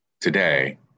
Today